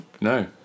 No